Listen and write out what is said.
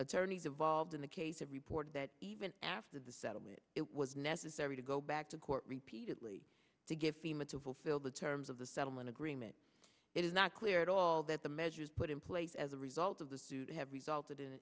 attorneys involved in the case have reported that even after the settlement it was necessary to go back to court repeatedly to get fema to fulfill the terms of the settlement agreement it is not clear at all that the measures put in place as a result of the student have resulted in